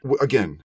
Again